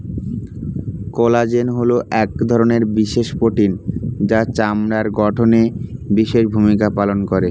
collagen হলো এক ধরনের বিশেষ প্রোটিন যা চামড়ার গঠনে বিশেষ ভূমিকা পালন করে